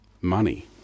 money